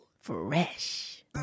Fresh